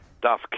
Duff